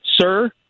Sir